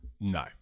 No